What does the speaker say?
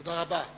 תודה רבה.